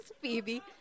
Phoebe